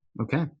Okay